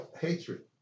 hatred